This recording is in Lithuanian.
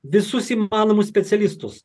visus įmanomus specialistus